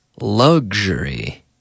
luxury